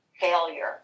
failure